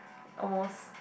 almost